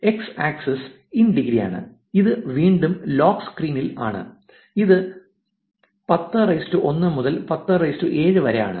X axis in ഡിഗ്രിയാണ് ഇത് വീണ്ടും ലോഗ് സ്കെയിൽ ആണ് ഇത് 101 മുതൽ 107 വരെ ആണ്